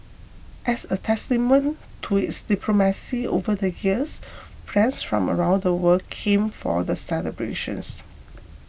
as a testament to its diplomacy over the years friends from around the world came for the celebrations